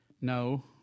No